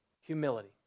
humility